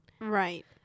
right